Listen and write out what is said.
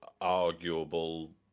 arguable